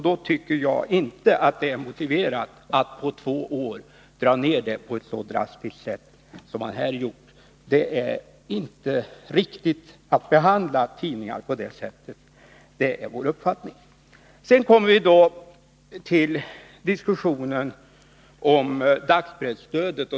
Då tycker jag inte att det är motiverat att på två år dra ned det på ett så drastiskt sätt som här sker. Det är inte riktigt att behandla tidningar på det sättet — det är vår uppfattning. Sedan kommer vi till diskussionen om dagspresstödet.